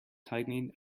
tightening